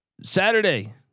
Saturday